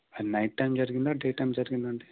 night time జరిగిందా day time జరిగిందా అండి